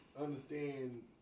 understand